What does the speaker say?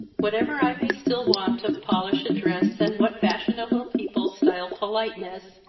whatever i may still want of polish, address, and what fashionable people stile politeness,